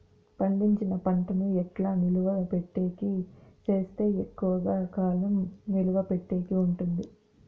పండించిన పంట ను ఎట్లా నిలువ పెట్టేకి సేస్తే ఎక్కువగా కాలం నిలువ పెట్టేకి ఉంటుంది?